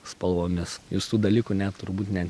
spalvomis jūs tų dalykų net turbūt ne